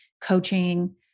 coaching